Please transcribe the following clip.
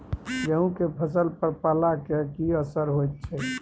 गेहूं के फसल पर पाला के की असर होयत छै?